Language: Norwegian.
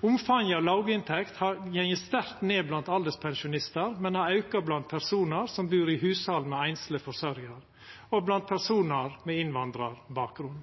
Omfanget av låginntekt har gått sterkt ned blant alderspensjonistar, men har auka blant personar som bur i hushald med einsleg forsørgjar, og blant personar med innvandrarbakgrunn.